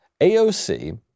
AOC